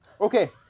Okay